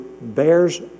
bears